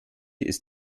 ist